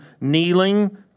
kneeling